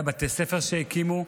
בתי ספר שהקימו,